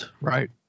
right